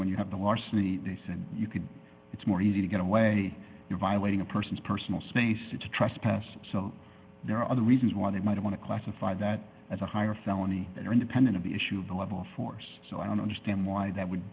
when you have the larceny they said you could it's more easy to get away you're violating a person's personal space to trespass so there are other reasons why they might want to classify that as a higher felony that are independent of the issue of the level of force so i don't understand why that would